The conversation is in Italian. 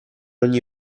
ogni